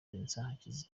vincent